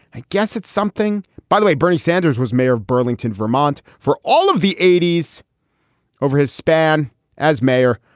i guess it's something. by the way, bernie sanders was mayor of burlington, vermont, for all of the eighty s over his span as mayor.